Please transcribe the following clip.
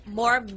more